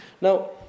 Now